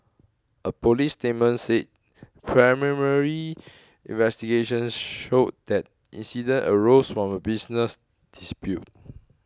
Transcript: a police statement said investigations showed that incident arose from a business dispute